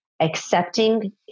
accepting